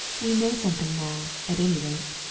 we know something now, at any rate.